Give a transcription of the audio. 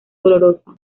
dolorosa